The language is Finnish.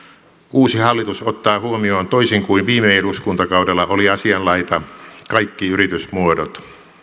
uusi hallitus ottaa huomioon toisin kuin viime eduskuntakaudella oli asianlaita kaikki yritysmuodot